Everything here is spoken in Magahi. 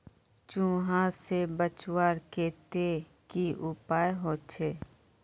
चूहा से बचवार केते की उपाय होचे?